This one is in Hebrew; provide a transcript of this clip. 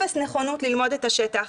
אפס נכונות ללמוד את השטח,